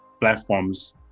platforms